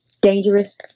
dangerous